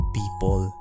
people